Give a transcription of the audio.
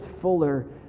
Fuller